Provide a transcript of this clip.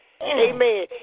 Amen